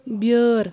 بیٲر